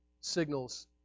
signals